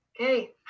Okay